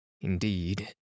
Indeed